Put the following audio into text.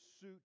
suit